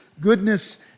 goodness